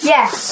Yes